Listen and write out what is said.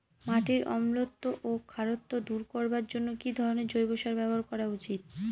মাটির অম্লত্ব ও খারত্ব দূর করবার জন্য কি ধরণের জৈব সার ব্যাবহার করা উচিৎ?